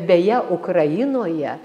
beje ukrainoje